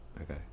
Okay